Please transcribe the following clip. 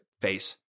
face